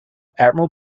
admiral